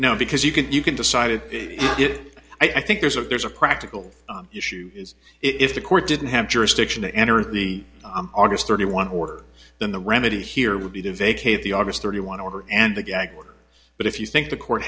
now because you can you can decided it i think there's a there's a practical issue is if the court didn't have jurisdiction to enter the august thirty one order then the remedy here would be to vacate the august thirty one order and the gag order but if you think the court